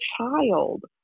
child